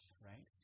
right